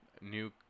new